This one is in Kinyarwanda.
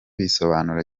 bisobanura